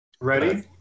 Ready